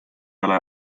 ole